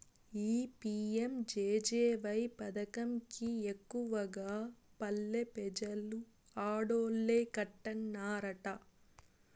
ఈ పి.యం.జె.జె.వై పదకం కి ఎక్కువగా పల్లె పెజలు ఆడోల్లే కట్టన్నారట